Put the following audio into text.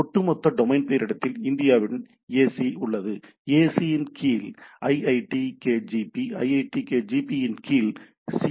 ஒட்டுமொத்த டொமைன் பெயர் இடத்தில் இந்தியாவின் ஏசி உள்ளன ac கீழ் iitkgp iitkgp இன் கீழ் cac